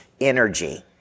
energy